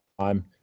time